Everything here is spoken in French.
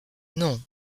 non